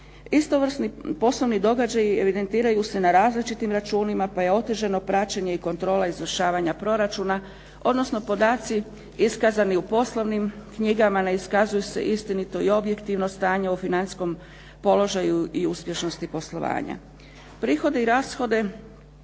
Istovrsni poslovni događaji evidentiraju se na različitim računima, pa je otežano praćenje i kontrola izvršavanja proračuna odnosno podaci iskazani u poslovnim knjigama ne iskazuju se istinito i objektivno stanje u financijskom položaju i uspješnosti poslovanja. Prihode i rashode